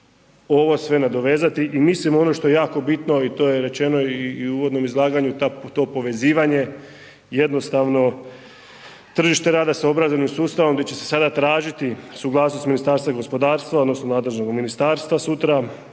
ovo sve nadovezati i mislim ono što je jako bitno i to je rečeno i u uvodnom izlaganju. To povezivanje, jednostavno, tržište rada s obrazovnim sustavom gdje će se sada tražiti suglasnost Ministarstva gospodarstva odnosno nadležnoga ministarstva sutra